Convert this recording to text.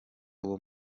uwo